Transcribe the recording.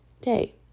day